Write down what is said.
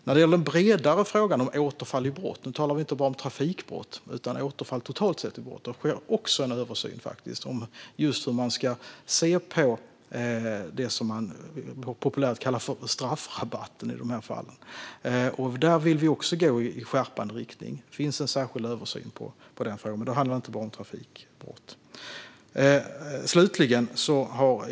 När det gäller den bredare frågan om återfall i brott - och nu talar vi inte bara om trafikbrott utan om återfall i brott totalt sett - sker det också en översyn. Det handlar just om hur man ska se på det som populärt kallas för straffrabatt i de här fallen. Där vill vi också gå i skärpande riktning. Det görs en särskild översyn av frågan, men då handlar det inte bara om trafikbrott.